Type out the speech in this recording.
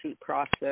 process